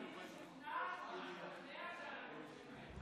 אני משוכנע שהוא השתכנע שאנחנו צודקים.